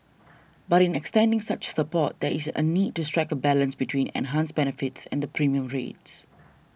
but in extending such support there is a need to strike a balance between enhanced benefits and premium rates